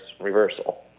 reversal